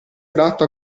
adatto